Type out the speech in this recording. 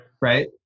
right